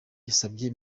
yasabye